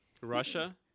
Russia